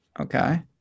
Okay